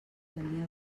tenia